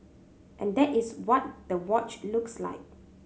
and that is what the watch looks like